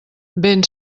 ben